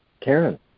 Karen